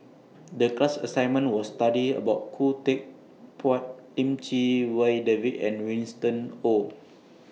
The class assignment was study about Khoo Teck Puat Lim Chee Wai David and Winston Oh